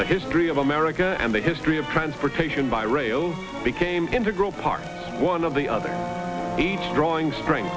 the history of america and the history of transportation by railroad became integral part one of the other each drawing streng